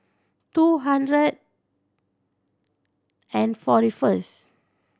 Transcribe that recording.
two hundred and forty first